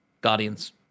Guardians